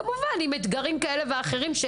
כמובן עם אתגרים כאלה ואחרים,